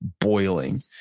boiling